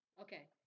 Okay